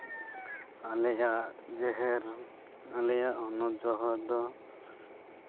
ᱟᱞᱮᱭᱟᱜ ᱡᱟᱦᱮᱨ ᱟᱞᱮᱭᱟᱜ ᱚᱱᱟ ᱡᱟᱦᱮᱨ ᱫᱚ